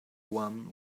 one